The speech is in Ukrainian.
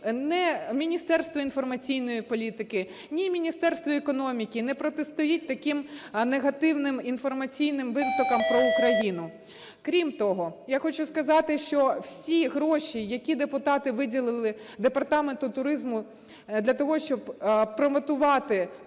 ні Міністерство інформаційної політики, ні Міністерство економіки – не протистоїть таким негативним інформаційним витокам про Україну. Крім того, я хочу сказати, що всі гроші, які депутати виділили Департаменту туризму для того, щоб промотувати